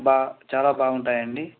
బాగా చాలా బాగుంటాయండి